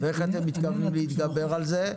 איך אתם מתכוונים להתגבר על זה,